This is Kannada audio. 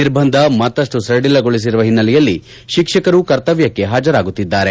ನಿರ್ಬಂಧ ಮತ್ತಷ್ಟು ಸಡಿಲಗೊಳಿಸಿರುವ ಹಿನ್ನೆಲೆಯಲ್ಲಿ ಶಿಕ್ಷಕರು ಕರ್ತವ್ಯಕ್ಕೆ ಹಾಜರಾಗುತ್ತಿದ್ದಾರೆ